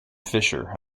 fischer